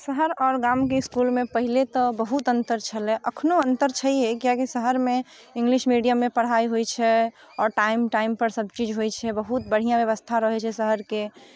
शहर आओर गामके इस्कुलमे पहिले तऽ बहुत अन्तर छलै एखनो अन्तर छैहे किआकि शहरमे इंग्लिश मीडियममे पढ़ाइ होइत छै आओर टाइम टाइमपर सभचीज होइत छै बहुत बढ़िआँ व्यवस्था रहैत छै शहरके